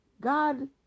God